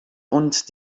und